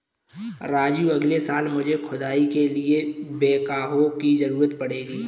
राजू अगले साल मुझे खुदाई के लिए बैकहो की जरूरत पड़ेगी